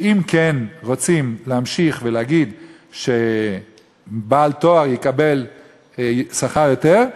שאם כן רוצים להמשיך ולהגיד שבעל תואר יקבל שכר גבוה יותר,